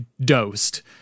dosed